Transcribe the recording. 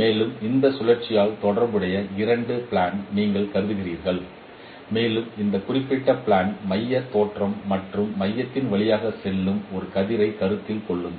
மேலும் இந்த சுழற்சியால் தொடர்புடைய இரண்டு பிளான் நீங்கள் கருதுகிறீர்கள் மேலும் இந்த குறிப்பிட்ட பிளான் மைய தோற்றம் மற்றும் மையத்தின் வழியாக செல்லும் ஒரு கதிரைக் கருத்தில் கொள்ளுங்கள்